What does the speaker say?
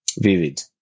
vivid